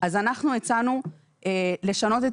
אז אנחנו הצענו לשנות את